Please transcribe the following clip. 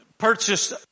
purchased